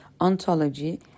ontology